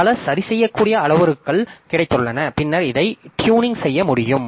பல சரிசெய்யக்கூடிய அளவுருக்கள் கிடைத்துள்ளன பின்னர் இதை ட்யூனிங் செய்ய முடியும்